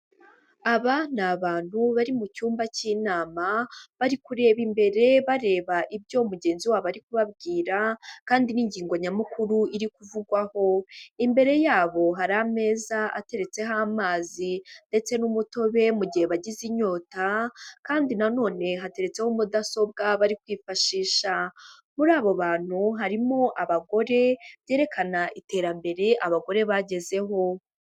Aba ni abantu bari mu cyumba cy'inama, bari kureba imbere bareba ibyo mugenzi wabo ari kubabwira kandi n'ingingo nyamukuru iri kuvugwaho. Imbere yabo hari ameza ateretseho amazi ndetse n'umutobe mu gihe bagize inyota, kandi nanone hateretseho mudasobwa bari kwifashisha. Muri abo bantu harimo abagore, byerekana iterambere abagore bagezeho.